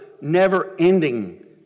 never-ending